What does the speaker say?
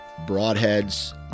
broadheads